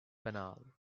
banal